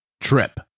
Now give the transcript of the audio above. trip